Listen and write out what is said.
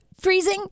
freezing